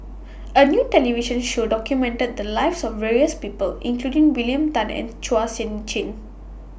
A New television Show documented The Lives of various People including William Tan and Chua Sian Chin